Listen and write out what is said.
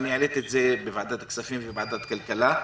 אני העליתי את זה בוועדת כספים ובוועדת כלכלה,